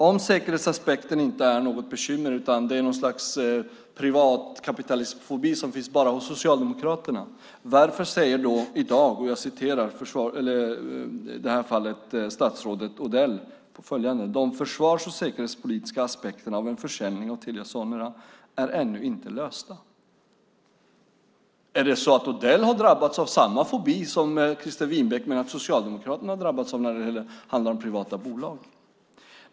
Om säkerhetsaspekten inte är något bekymmer, utan det handlar om något slags privatkapitalismfobi som bara finns hos Socialdemokraterna, undrar jag varför statsrådet Odell i dag säger följande: De försvars och säkerhetspolitiska aspekterna av en försäljning av Telia Sonera är ännu inte lösta. Har Odell drabbats av samma fobi som Christer Winbäck menar att Socialdemokraterna har drabbats av när det handlar om privata bolag?